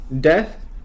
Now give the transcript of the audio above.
death